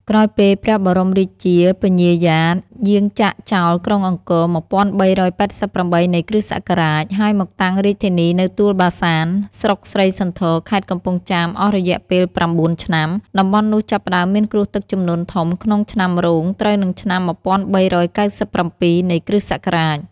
ក្រោយពេលព្រះបរមរាជា ពញ្ញាយ៉ាត យាងចាកចោល ក្រុងអង្គរ ១៣៨៨ នៃគ.សករាជ ហើយមកតាំងរាជធានីនៅទួលបាសាន ស្រុកស្រីសន្ធរ ខេត្តកំពង់ចាម អស់រយៈពេល ៩ ឆ្នាំ តំបន់នោះចាប់ផ្ដើមមានគ្រោះទឹកជំនន់ធំក្នុងឆ្នាំរោង ត្រូវនិងឆ្នាំ ១៣៩៧ នៃគ.សករាជ